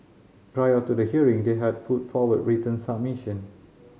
prior to the hearing they had put forward written submission